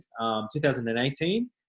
2018